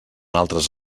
altres